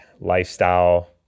lifestyle